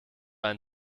ein